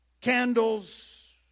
candles